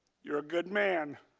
you were a good man,